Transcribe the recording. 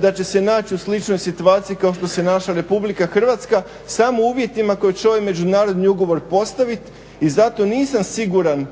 da će se naći u sličnoj situaciji kao što se našla RH samo uvjetima koje će ovi međunarodni ugovori postaviti i zato nisam siguran